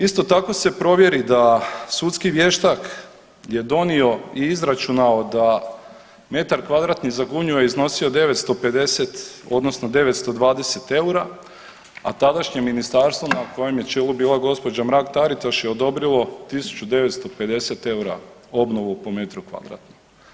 Isto tako se provjeri da sudski vještak je donio i izračunao da metar kvadratni za Gunju je iznosio 950 odnosno 920 EUR-a, a tadašnje ministarstvo na kojem je čelu bila gospođa Mrak Taritaš je odobrilo 1.950 EUR-a obnovu po metru kvadratnom.